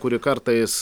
kuri kartais